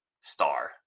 star